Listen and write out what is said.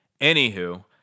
Anywho